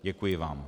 Děkuji vám.